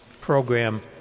program